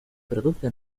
produce